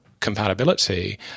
Compatibility